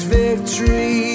victory